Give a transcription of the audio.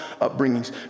upbringings